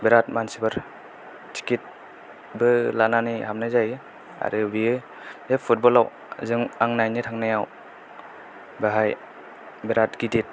बिराद मानसिफोर थिखिथ बो लानानै हाबनाय जायो आरो बियो बे फुटबलाव जों आं नायनो थांनायाव बाहाय बिराद गिदिर